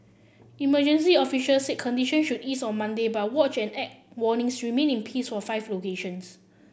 emergency officials said condition should ease on Monday but watch and act warnings remained in peace for five locations